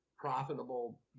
profitable